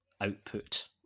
output